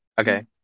okay